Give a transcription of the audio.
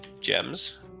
gems